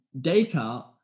Descartes